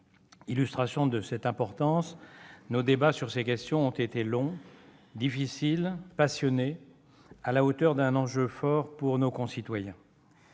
Illustration de cette importance, nos débats sur ces questions ont été longs, difficiles, passionnés, à la hauteur d'un enjeu fort pour nos concitoyens.